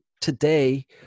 today